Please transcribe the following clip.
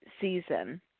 season